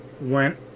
went